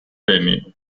penny